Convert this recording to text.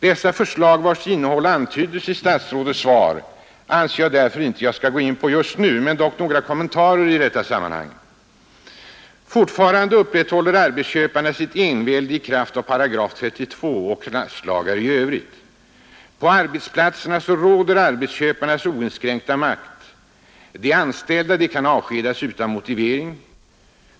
Dessa förslag, vilkas innehåll antyddes i statsrådets svar, anser jag därför inte att jag bör gå in på just nu. Dock vill jag göra några kommentarer i detta sammanhang. Fortfarande upprätthåller arbetsköparna sitt envälde i kraft av § 32 och klasslagar i övrigt. På arbetsplatserna råder arbetsköparnas oinskränkta makt. De anställda kan avskedas utan motivering.